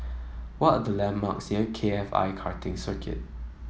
what are the landmarks K F I Karting Circuit